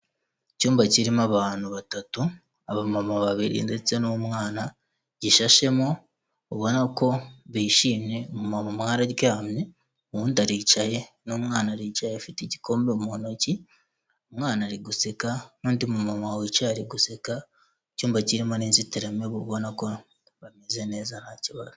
Icyumba kirimo abantu batatu abamama babiri ndetse n'umwana, gishashemo ubona ko bishimye umumama umwe aryamye, uwundi aricaye n'umwana aricaye afite igikombe mu ntoki, umwana ari guseka n'undi mumama wicaye ari guseka, icyumba kirimo n'inzitiramibu ubona ko bameze neza ntakibazo.